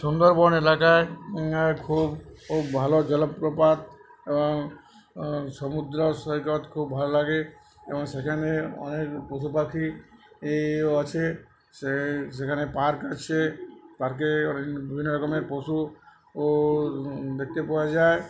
সুন্দরবন এলাকায় খুব খুব ভালো জলপ্রপাত এবং সমুদ্র সৈকত খুব ভালো লাগে এবং সেখানে অনেক পশু পাখি আছে সে সেখানে পার্ক আছে পার্কে বিভিন্ন রকমের পশু ও দেখতে পাওয়া যায়